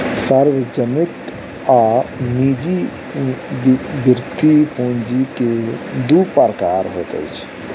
सार्वजनिक आ निजी वृति पूंजी के दू प्रकार होइत अछि